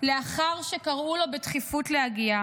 לאחר שקראו לו בדחיפות להגיע.